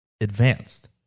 advanced